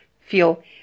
feel